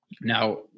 Now